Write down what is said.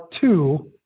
two